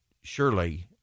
surely